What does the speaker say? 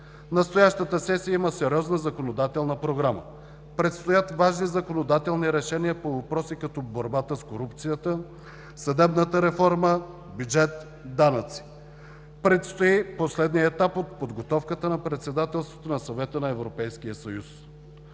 Настоящата сесия има сериозна законодателна програма. Предстоят важни законодателни решения по въпроси, като борбата с корупцията, съдебната реформа, бюджет, данъци. Предстои последният етап от подготовката на председателството на Съвета на Европейския съюз.